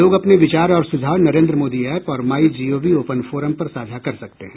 लोग अपने विचार और सुझाव नरेन्द्र मोदी ऐप और माइ जीओवी ओपन फोरम पर साझा कर सकते हैं